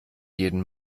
jeden